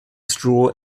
straw